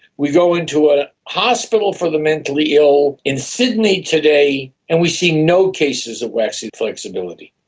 we go into a hospital for the mentally ill in sydney today and we see no cases of waxy flexibility.